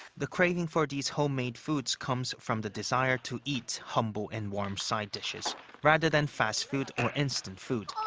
the craving for these home-made foods comes from the desire to eat humble and warm side dishes rather than fast food or instant food.